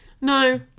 No